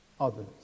others